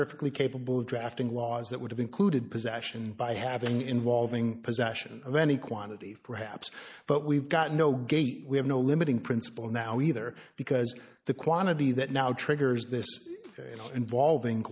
perfectly capable of drafting laws that would have included possession by having involving possession of any quantity perhaps but we've got no gate we have no limiting principle now either because the quantity that now triggers this involving